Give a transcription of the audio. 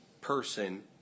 person